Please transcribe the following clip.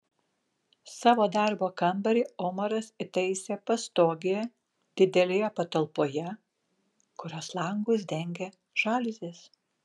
savo darbo kambarį omaras įsitaisė pastogėje didelėje patalpoje kurios langus dengė žaliuzės